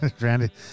Randy